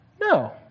No